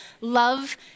love